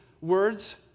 words